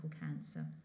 cancer